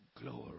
glory